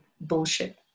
bullshit